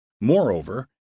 Moreover